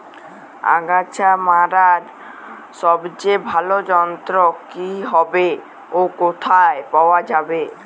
আগাছা মারার সবচেয়ে ভালো যন্ত্র কি হবে ও কোথায় পাওয়া যাবে?